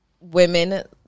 women